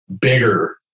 bigger